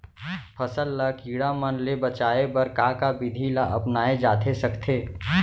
फसल ल कीड़ा मन ले बचाये बर का का विधि ल अपनाये जाथे सकथे?